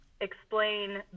explain